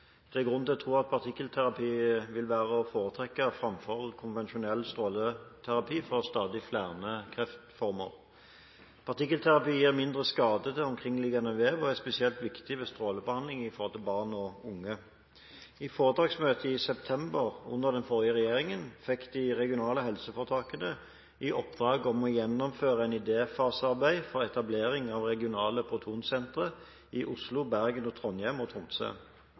Det er grunn til å tro at partikkelterapi vil være å foretrekke framfor konvensjonell stråleterapi for stadig flere kreftformer. Partikkelterapi gir mindre skade til omkringliggende vev, og er spesielt viktig ved strålebehandling av barn og unge. I foretaksmøtet i september, under den forrige regjeringen, fikk de regionale helseforetakene i oppdrag å gjennomføre et idéfasearbeid for etablering av regionale protonsentre i Oslo, Bergen, Trondheim og Tromsø.